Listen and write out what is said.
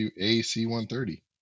AC-130